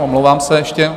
Omlouvám se ještě.